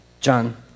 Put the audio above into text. John